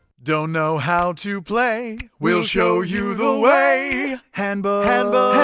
don't know how to play? we'll show you the way! handbook